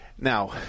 now